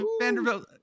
Vanderbilt